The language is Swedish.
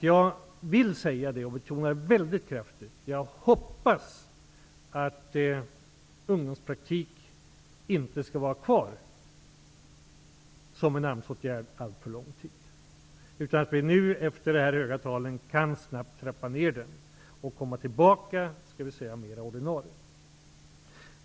Jag hoppas -- jag betonar det väldigt kraftigt -- att ungdomspraktik inte skall vara kvar som en AMS-åtgärd alltför lång tid, utan att vi nu efter dessa höga tal snabbt kan trappa ner den och komma tillbaka till det mera normala.